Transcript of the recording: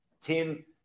Tim